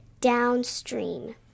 downstream